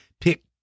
pick